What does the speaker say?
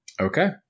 Okay